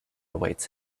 awaits